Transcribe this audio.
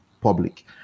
public